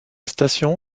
station